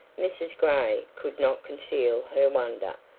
mrs. gray could not conceal her wonder,